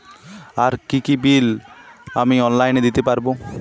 আর কি কি বিল আমি অনলাইনে দিতে পারবো?